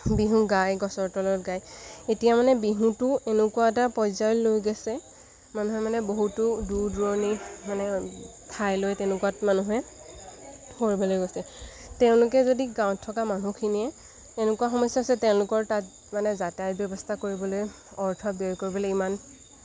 বিহু গায় গছৰ তলত গায় এতিয়া মানে বিহুটো এনেকুৱা এটা পৰ্যায়লৈ লৈ গৈছে মানুহে মানে বহুতো দূৰ দূৰণি মানে ঠাইলৈ তেনেকুৱাত মানুহে কৰিবলৈ গৈছে তেওঁলোকে যদি গাঁৱত থকা মানুহখিনিয়ে এনেকুৱা সমস্যা হৈছে তেওঁলোকৰ তাত মানে যাতায়ত ব্যৱস্থা কৰিবলৈ অৰ্থ ব্যয় কৰিবলৈ ইমান